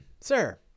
sir